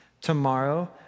tomorrow